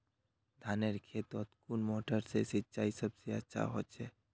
धानेर खेतोत कुन मोटर से सिंचाई सबसे अच्छा होचए?